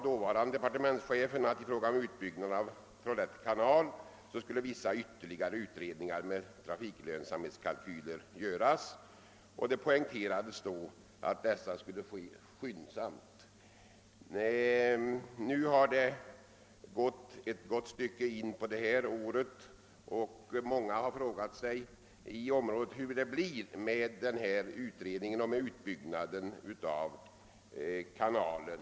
Dåvarande departementschefen uttalade beträffande utbyggnaden av Trollhätte kanal att vissa ytterligare utredningar innefattande trafiklönsamhetskalkyler skulle göras, och det poängterades att detta arbete skulle utföras skyndsamt. Vi har nu kommit ett gott stycke in på detta år, och många inom det aktuella området har frågat sig hur det blir med den aviserade utredningen och med utbyggnaden av kanalen.